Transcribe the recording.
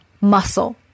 muscle